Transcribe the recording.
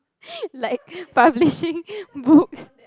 like publishing books